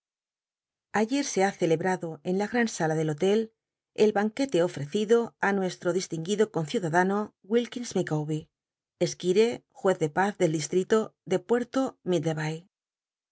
ayer se ha celebrado en la gran sala del hotel el banquete ofrecido nuestro distinguido conciudadano ilkins llicawbet esquirc juez de paz del disltito de puerto middlebay